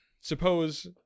suppose